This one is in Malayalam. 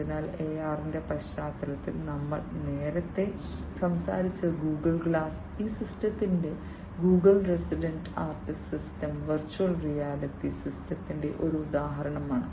അതിനാൽ AR ന്റെ പശ്ചാത്തലത്തിൽ നമ്മൾ നേരത്തെ സംസാരിച്ച ഗൂഗിൾ ഗ്ലാസ് ഈ സിസ്റ്റത്തിലെ Google ന്റെ resident artist system virtual reality സിസ്റ്റത്തിന്റെ ഒരു ഉദാഹരണമാണ്